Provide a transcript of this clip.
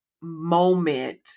moment